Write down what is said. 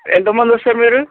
ఎంతమంది సార్ మీరు